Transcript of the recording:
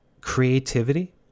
creativity